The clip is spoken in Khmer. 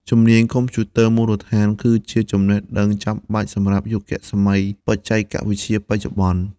ជំនាញកុំព្យូទ័រមូលដ្ឋានគឺជាចំណេះដឹងចាំបាច់សម្រាប់យុគសម័យបច្ចេកវិទ្យាបច្ចុប្បន្ន។